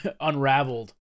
unraveled